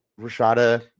Rashada